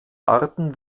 arten